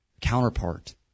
counterpart